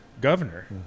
governor